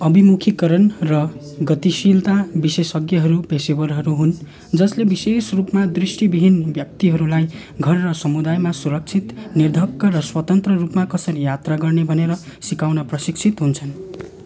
अभिमुखीकरण र गतिशीलता विशेषज्ञहरू पेसेवरहरू हुन् जसले विशेष रूपमा दृष्टिविहीन व्यक्तिहरूलाई घर र समुदायमा सुरक्षित निर्धक्क र स्वतन्त्र रूपमा कसरी यात्रा गर्ने भनेर सिकाउन प्रशिक्षित हुन्छन्